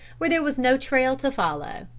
where there was no trail to follow.